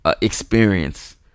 experience